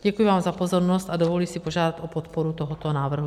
Děkuji vám za pozornost a dovoluji si požádat o podporu tohoto návrhu.